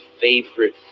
favorite